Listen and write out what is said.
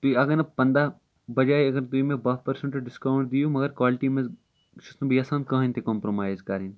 تُہۍ اَگر نہٕ پَنداہ بَجاے اگر تُہۍ مےٚ باہہ پٔرسنٹ ڈِسکوُنٹ دِیو مَگر کالٹی منٛز چھُس نہٕ بہٕ یَژھان کٕہٕنۍ تہِ کَمپرومَیز کَرٕنۍ